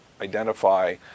identify